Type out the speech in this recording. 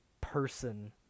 person